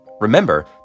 Remember